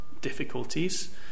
difficulties